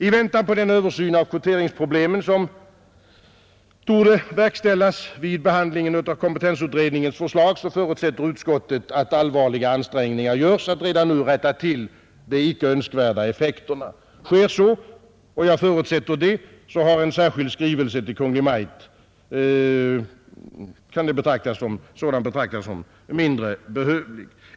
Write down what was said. I väntan på den översyn av kvoteringsproblemen som torde verkställas vid behandlingen av kompetensutredningens förslag förutsätter utskottet att allvarliga ansträngningar görs för att redan nu rätta till de icke önskvärda effekterna, Sker så — och jag förutsätter det — kan en särskild skrivelse till Kungl. Maj:t betraktas som mindre behövlig.